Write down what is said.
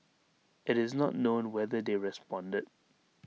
IT is not known whether they responded